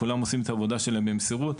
כולם עושים את העבודה שלהם במסירות,